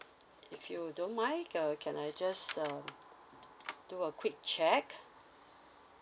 if you don't mind uh can I just uh do a quick check